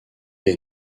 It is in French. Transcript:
est